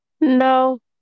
no